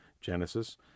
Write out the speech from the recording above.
genesis